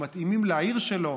שמתאימים לעיר שלו,